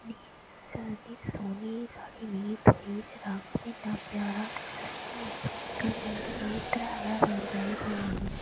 इन्नी सोह्नी साड़ी मिगी थ्होई ते रंग बी इन्ना प्यारा ते सस्ती बी मैंह्गी नेईं कोई त्रै ज्हार रपेऽ दी साड़ी थ्होई मिगी